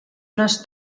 unes